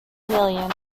million